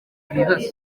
ibibazo